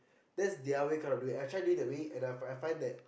that's their way kind of doing it I try doing that way and I find that